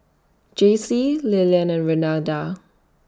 Jacey Lilian and Renada